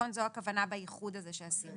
זו הכוונה בייחוד הזה שעשינו